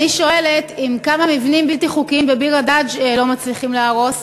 אני שואלת: אם כמה מבנים בלתי חוקיים בביר-הדאג' לא מצליחים להרוס,